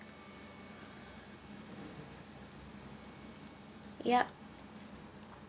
yup